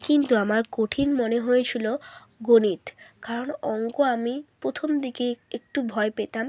কিন্তু আমার কঠিন মনে হয়েছিলো গণিত কারণ অঙ্ক আমি প্রথম দিকে একটু ভয় পেতাম